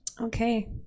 Okay